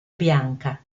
bianca